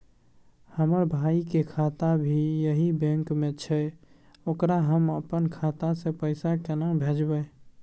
हमर भाई के खाता भी यही बैंक में छै ओकरा हम अपन खाता से पैसा केना भेजबै?